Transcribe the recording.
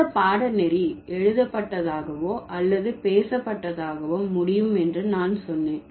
இந்த பாடநெறி எழுதப்பட்டதாகவோ அல்லது பேசப்பட்டதாகவோ முடியும் என்று நான் சொன்னேன்